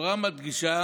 התורה מדגישה